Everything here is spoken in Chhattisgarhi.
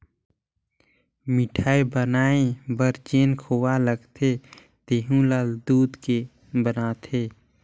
मिठाई बनाये बर जेन खोवा लगथे तेहु ल दूद के बनाथे